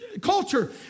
Culture